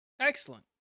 Excellent